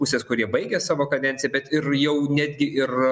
pusės kurie baigę savo kadenciją bet ir jau netgi ir